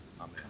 Amen